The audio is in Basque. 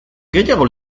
gehiago